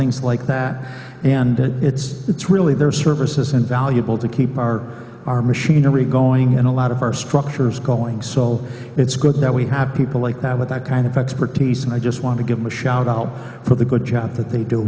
things like that and it's it's really their service is invaluable to keep our our machinery going and a lot of our structures calling so it's good that we have people like that with that kind of expertise and i just want to give them a shout out for the good job that they do